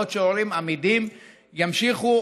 בעוד הורים אמידים ימשיכו,